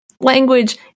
language